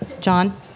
John